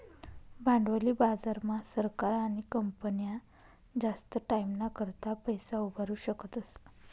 भांडवली बाजार मा सरकार आणि कंपन्या जास्त टाईमना करता पैसा उभारु शकतस